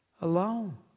alone